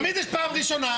תמיד יש פעם ראשונה.